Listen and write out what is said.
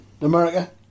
America